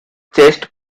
chest